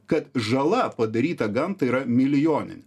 kad žala padaryta gamtai yra milijoninė